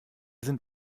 sind